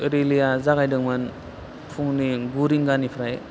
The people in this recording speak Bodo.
रिलिया जागायदोंमोन फुंनि गु रिंगानिफ्राय